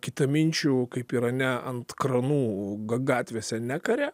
kitaminčių kaip irane ant kranų ga gatvėse nekaria